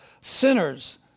sinners